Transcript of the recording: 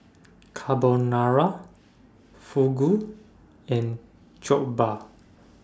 Carbonara Fugu and Jokbal